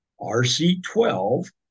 RC-12